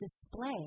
display